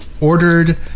ordered